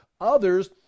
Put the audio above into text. Others